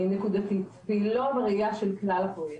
נקודתית, היא לא בראייה של כלל הפרויקט.